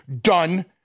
done